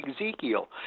Ezekiel